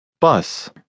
Bus